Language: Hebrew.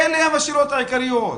אלה השאלות העיקריות.